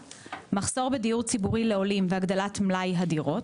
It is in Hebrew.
מחסור בדיור ציבורי לעולים והגדלת מלאי הדירות,